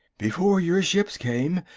before your ships came,